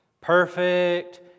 Perfect